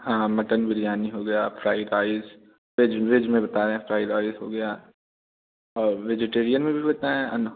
हाँ मटन बिरयानी हो गया फ़्राइड राइस वेज वेज में बता रहें फ़्राइड राइस हो गया और वेजीटेरियन में भी बताएँ है ना